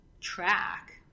track